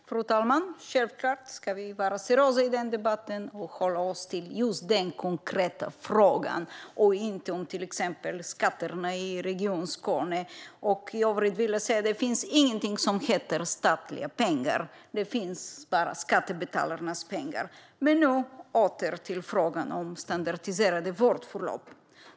Fru talman! Självklart ska vi vara seriösa i debatten och hålla oss till den konkreta frågan och inte tala om till exempel skatterna i Region Skåne. Det finns för övrigt ingenting som heter statliga pengar. Det finns bara skattebetalarnas pengar. Jag går nu åter till frågan om standardiserade vårdförlopp.